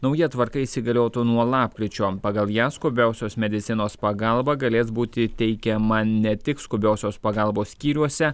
nauja tvarka įsigaliotų nuo lapkričio pagal ją skubiosios medicinos pagalba galės būti teikiama ne tik skubiosios pagalbos skyriuose